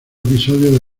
episodio